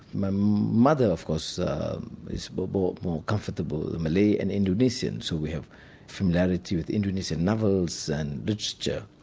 my mother of course is but more more comfortable in malay and indonesian, so we have familiarity with indonesian novels and literature.